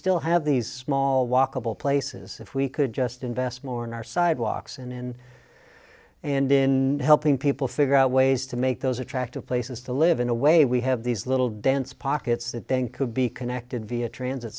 still have these small walkable places if we could just invest more in our sidewalks and in and in helping people figure out ways to make those attractive places to live in a way we have these little dense pockets that then could be connected via transit